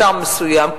לשר מסוים,